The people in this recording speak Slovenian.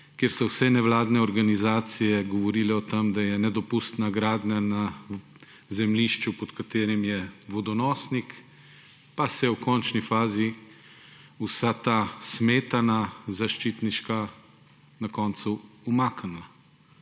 kjer so vse nevladne organizacije govorile o tem, da je nedopustna gradnja na zemljišču, pod katerim je vodonosnik, pa se je v končni fazi vsa ta smetana zaščitniška na koncu umaknila